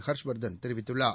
ஹர்ஷ்வர்தள் தெரிவித்துள்ளார்